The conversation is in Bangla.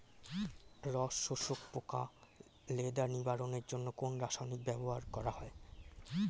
রস শোষক পোকা লেদা নিবারণের জন্য কোন রাসায়নিক ব্যবহার করা হয়?